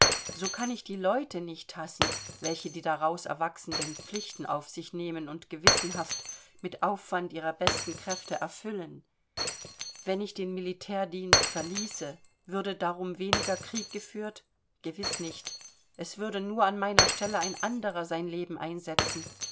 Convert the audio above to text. so kann ich die leute nicht hassen welche die daraus erwachsenden pflichten auf sich nehmen und gewissenhaft mit aufwand ihrer besten kräfte erfüllen wenn ich den militärdienst verließe würde darum weniger krieg geführt gewiß nicht es würde nur an meiner stelle ein anderer sein leben einsetzen